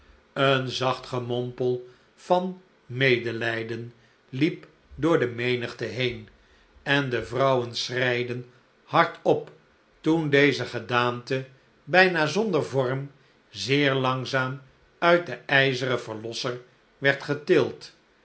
een zacht gemompel van medelijden hep door de menigte heen en de vrouwen schreiden hardop toen deze gedaante bijna zonder vorm zeer langzaam uit den ijzeren verlosser werd getild